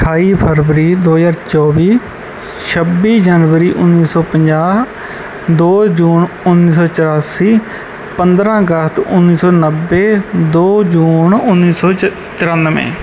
ਅਠਾਈ ਫਰਵਰੀ ਦੋ ਹਜ਼ਾਰ ਚੌਵੀ ਛੱਬੀ ਜਨਵਰੀ ਉੱਨੀ ਸੌ ਪੰਜਾਹ ਦੋ ਜੂਨ ਉੱਨੀ ਸੌ ਚੁਰਾਸੀ ਪੰਦਰ੍ਹਾਂ ਅਗਸਤ ਉੱਨੀ ਸੌ ਨੱਬੇ ਦੋ ਜੂਨ ਉੱਨੀ ਸੌ ਚੁ ਚੁਰਾਨਵੇਂ